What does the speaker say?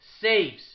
saves